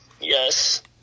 Yes